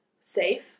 safe